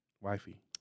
Wifey